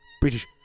british